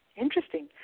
interesting